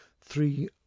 three